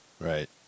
Right